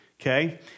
okay